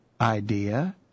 idea